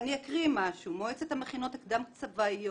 אני מבקשת להקריא משהו: "מועצת המכינות הקדם צבאיות,